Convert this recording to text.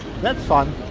that's fun